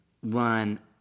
one